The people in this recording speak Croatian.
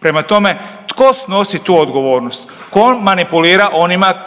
Prema tome, tko snosi tu odgovornost, tko manipulira onima koji nemaju